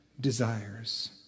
desires